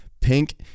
Pink